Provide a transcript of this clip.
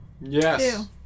Yes